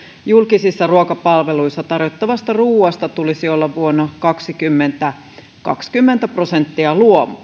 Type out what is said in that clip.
julkisissa ruokapalveluissa tarjottavasta ruuasta kaksikymmentä kaksikymmentä prosenttia